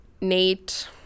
nate